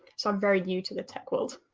so i'm very knew to the tech world.